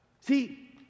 See